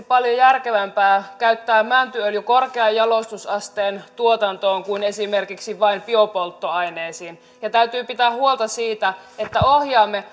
paljon järkevämpää käyttää mäntyöljy korkean jalostusasteen tuotantoon kuin esimerkiksi vain biopolttoaineisiin täytyy pitää huolta siitä että ohjaamme